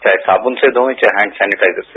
चाहे साबुन से धोएं चाहे हेंड सेनिटाइजर से